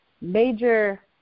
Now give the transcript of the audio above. major